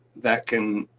that can.